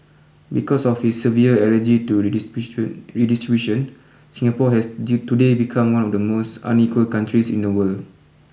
because of his severe allergy to redistribution redistribution Singapore has today become one of the most unequal countries in the world